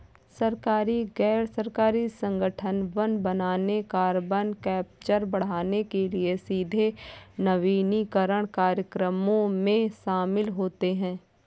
सरकारी, गैर सरकारी संगठन वन बनाने, कार्बन कैप्चर बढ़ाने के लिए सीधे वनीकरण कार्यक्रमों में शामिल होते हैं